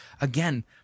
Again